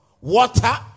water